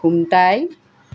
খুন্তাই